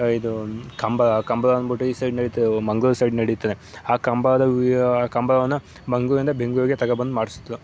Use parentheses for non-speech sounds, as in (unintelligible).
ಇದು ಕಂಬಳ ಕಂಬಳ ಅಂದ್ಬಿಟ್ಟು ಈ ಸೈಡ್ ನಡೀತದೆ ಓ ಮಂಗ್ಳೂರು ಸೈಡ್ ನಡೀತದೆ ಹಾ ಕಂಬಳದ (unintelligible) ಕಂಬಳವನ್ನು ಮಂಗಳೂರಿಂದ ಬೆಂಗ್ಳೂರಿಗೆ ತಗೊಂಡ್ಬಂದು ಮಾಡ್ಸಿದ್ರು